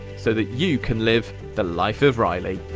so that you can live the life of reilly!